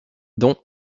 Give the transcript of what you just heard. dont